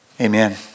Amen